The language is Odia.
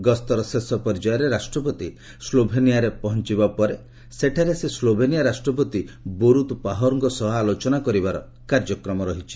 ଏହି ଗସ୍ତର ଶେଷ ପର୍ଯ୍ୟାୟରେ ରାଷ୍ଟ୍ରପତି ସ୍ଲୋଭେନିଆରେ ପହଞ୍ଚିବେ ସେଠାରେ ସେ ସ୍ଲୋଭେନିଆ ରାଷ୍ଟ୍ରପତି ବୋରୁତ ପାହୋରଙ୍କ ସହ ଆଲୋଚନା କରିବାର କାର୍ଯ୍ୟକ୍ରମ ରହିଛି